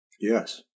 Yes